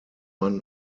man